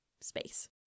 space